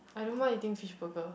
I don't mind eating fish burger